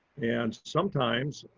and sometimes